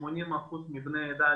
80 אחוזים מבני העדה,